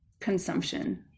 consumption